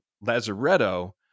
Lazaretto